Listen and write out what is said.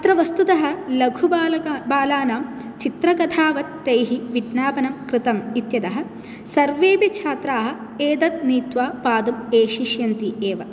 अत्र वस्तुतः लघुबालक लघुबालानां चित्रकथावत्तैः विज्ञापनं कृतम् इत्यतः सर्वेऽपि छात्राः एतत् नीत्वा पादं पेषिश्यन्ति एव